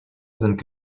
sind